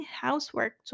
housework